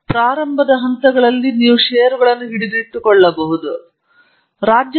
ನೀವು ಪ್ರಾರಂಭದ ಹಂತಗಳಲ್ಲಿ ಷೇರುಗಳನ್ನು ಹಿಡಿದಿಟ್ಟುಕೊಳ್ಳಬಹುದು IIT ಗೆ ಸಾಧ್ಯವಿಲ್ಲ